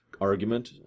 argument